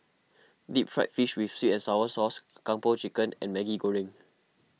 Deep Fried Fish with Sweet and Sour Sauce Kung Po Chicken and Maggi Goreng